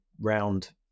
round